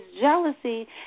jealousy